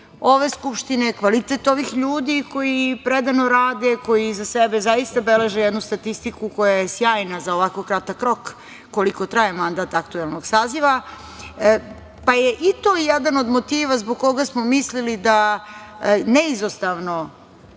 ove Skupštine, kvalitet ovih ljudi koji predano rade, koji iza sebe zaista beleže jednu statistiku koja je sjajna za ovako kratak rok koliko traje mandat aktuelnog saziva, pa je i to jedan od motiva zbog koga smo mislili da neizostavno